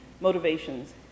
motivations